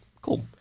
cool